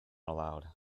allowed